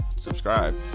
subscribe